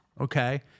okay